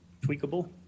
tweakable